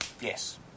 Yes